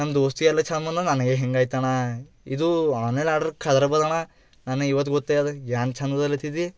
ನನ್ನ ದೋಸ್ತಿಗೆ ಎಲ್ಲ ಚಂದ ಬಂದದೆ ನನಗೇ ಹೀಗಾಯ್ತಣ್ಣ ಇದು ಆನ್ಲೈನ್ ಆರ್ಡ್ರು ಖರಾಬಾಗದೆ ಅಣ್ಣ ನನಗೆ ಇವತ್ತು ಗೊತ್ತೇ ಅದು ಏನ್ ಚಂದದಲ್ಲಿತ್ತಿದು